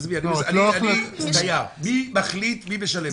עזבי, מי מחליט מי משלם את זה?